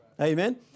Amen